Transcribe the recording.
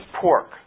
pork